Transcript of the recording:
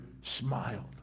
smiled